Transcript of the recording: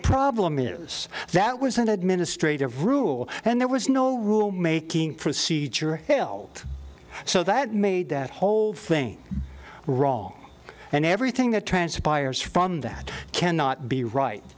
problem is that was an administrative rule and there was no rule making procedure so that made that whole thing wrong and everything that transpires from that cannot be right